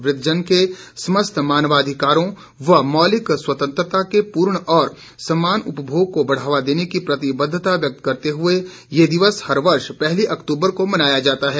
वृद्वजन के समस्त मानवाधिकारों व मौलिक स्वतंत्रता के पूर्ण और समान उपभोग को बढ़ावा देने की प्रतिबद्वता व्यक्त करते हुए ये दिवस हर वर्ष पहली अक्तूबर को मनाया जाता है